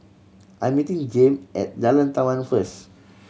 I'm meeting Jame at Jalan Taman first